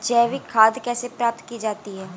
जैविक खाद कैसे प्राप्त की जाती है?